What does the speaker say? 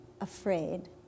afraid